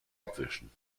abwischen